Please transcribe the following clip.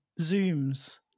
Zooms